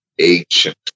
ancient